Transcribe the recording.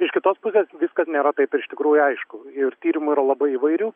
iš kitos pusės viskas nėra taip ir iš tikrųjų aišku ir tyrimų yra labai įvairių